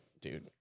dude